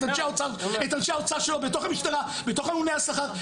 את אנשי האוצר שלו בתוך המשטרה, בתוך ממוני השכר.